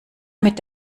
mit